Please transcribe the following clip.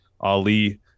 Ali